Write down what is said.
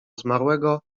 zmarłego